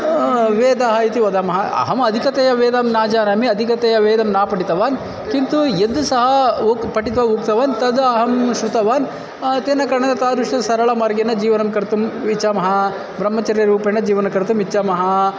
वेदः इति वदामः अहम् अधिकतया वेदं न जानामि अधिकतया वेदं न पठितवान् किन्तु यत् सः उक्तं पठित्वा उक्तवान् तत् अहं श्रुतवान् तेन करणेन तादृशसरलमार्गेन जीवनं कर्तुम् इच्छामः ब्रह्मचर्यरूपेण जीवनं कर्तुम् इच्छामः